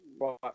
right